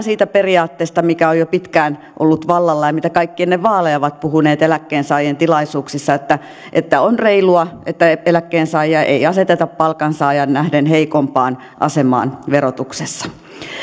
siitä periaatteesta mikä on jo pitkään ollut vallalla ja mitä kaikki ennen vaaleja ovat puhuneet eläkkeensaajien tilaisuuksissa että että on reilua että eläkkeensaajaa ei aseteta palkansaajaan nähden heikompaan asemaan verotuksessa